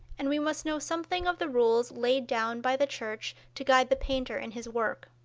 and we must know something of the rules laid down by the church to guide the painter in his work.